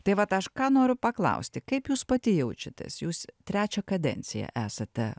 tai vat aš ką noriu paklausti kaip jūs pati jaučiatės jūs trečią kadenciją esate